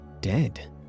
dead